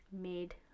made